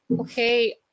Okay